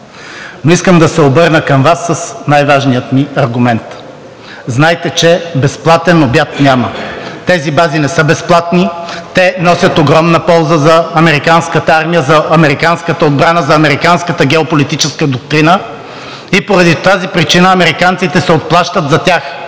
Искам да се обърна към Вас с най-важния ми аргумент. Знайте, че безплатен обяд няма. Тези бази не са безплатни. Те носят огромна полза за американската армия, за американската отбрана, за американската геополитическа доктрина и поради тази причина американците се отплащат за тях.